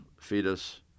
fetus